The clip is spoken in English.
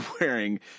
wearing